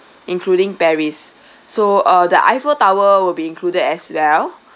including paris so uh the eiffel tower will be included as well